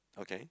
okay